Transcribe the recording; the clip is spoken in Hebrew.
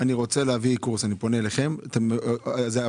בשנים 2018 עד 2021. משרד נגב גליל הקצה